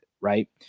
right